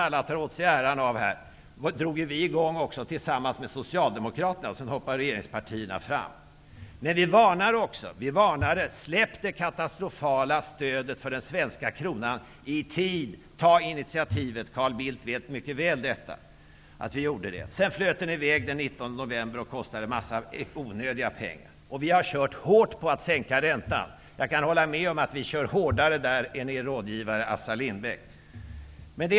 Tillsammans med Socialdemokraterna drog vi -- fast alla här tar åt sig äran -- i gång ROT sektorn. Därefter hoppade regeringspartierna fram. Vi varnade också och sade: Ta initiativet och släpp det katastrofala stödet för den svenska kronan i tid! Detta vet Carl Bildt mycket väl. Sedan flöt kronan i väg den 19 november och kostade en massa onödiga pengar. Vi har kört hårt med att man skulle sänka räntan. Jag kan hålla med om att vi i det fallet kör hårdare än er rådgivare Assar Lindbeck.